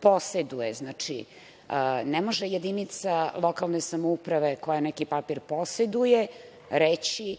poseduje. Znači, ne može jedinica lokalne samouprave koja neki papir poseduje reći